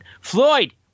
Floyd